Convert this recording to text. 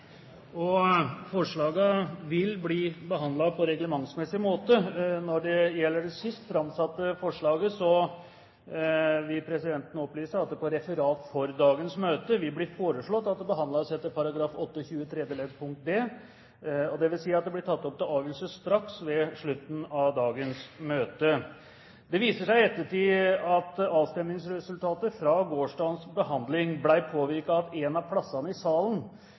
vil bli behandlet på reglementsmessig måte. Når det gjelder det sist framsatte forslaget, vil presidenten opplyse at det under referat for dagens møte vil bli foreslått at det behandles etter forretningsordenens § 28 d. Det vil si at det vil bli tatt opp til avgjørelse straks ved slutten av dagens møte. Det viser seg i ettertid at avstemningsresultatet fra gårsdagens behandling ble påvirket av at en av plassene i salen